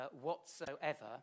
whatsoever